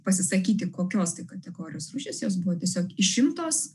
pasisakyti kokios tai kategorijos rūšis jos buvo tiesiog išimtos